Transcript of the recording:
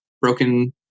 broken